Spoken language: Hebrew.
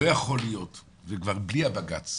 לא יכול להיות, זה כבר בלי הבג"ץ,